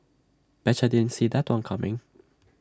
betcha didn't see that one coming